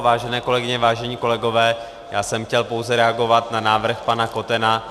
Vážené kolegyně, vážení kolegové, já jsem chtěl pouze reagovat na návrh pana Kotena.